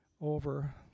over